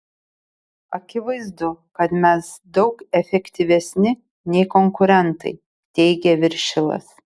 akivaizdu kad mes daug efektyvesni nei konkurentai teigia viršilas